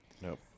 Nope